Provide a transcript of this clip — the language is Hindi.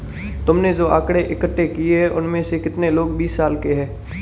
तुमने जो आकड़ें इकट्ठे किए हैं, उनमें से कितने लोग बीस साल के हैं?